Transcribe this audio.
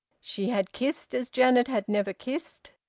she had kissed as janet had never kissed,